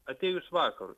atėjus vakarui